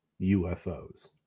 UFOs